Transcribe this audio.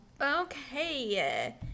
Okay